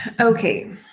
Okay